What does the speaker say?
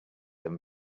them